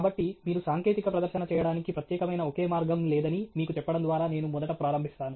కాబట్టి మీరు సాంకేతిక ప్రదర్శన చేయడానికి ప్రత్యేకమైన ఒకే మార్గం లేదని మీకు చెప్పడం ద్వారా నేను మొదట ప్రారంభిస్తాను